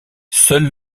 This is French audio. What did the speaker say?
seuls